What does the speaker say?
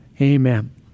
Amen